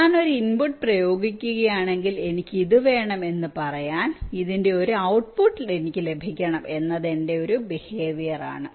ഞാൻ ഒരു ഇൻപുട്ട് പ്രയോഗിക്കുകയാണെങ്കിൽ എനിക്ക് ഇത് വേണം എന്ന് പറയാൻ ഇതിന്റെ ഒരു ഔട്ട്പുട്ട് എനിക്ക് ലഭിക്കണം എന്നത് എന്റെ ബിഹേവിയർ ആണ്